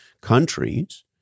countries